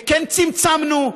וכן צמצמנו,